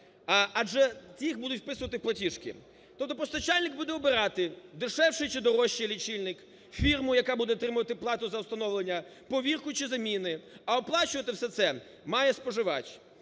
адже ті їх будуть вписувати в платіжки, тобто постачальник буде обирати дешевший чи дорожчий лічильник, фірму, яка буде отримувати плату за встановлення, повірку чи заміни, а оплачувати все це має споживач.